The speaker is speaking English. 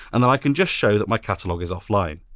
and i can just show that my catalog is offline.